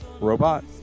robot